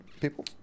people